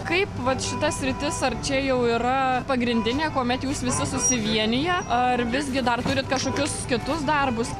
kaip vat šita sritis ar čia jau yra pagrindinė kuomet jūs visi susivieniję ar visgi dar turit kažkokius kitus darbus